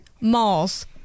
Malls